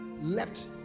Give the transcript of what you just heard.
left